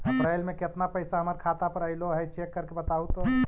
अप्रैल में केतना पैसा हमर खाता पर अएलो है चेक कर के बताहू तो?